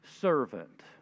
servant